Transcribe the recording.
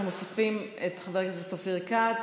אנחנו מוסיפים את חבר הכנסת אופיר כץ,